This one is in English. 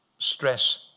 stress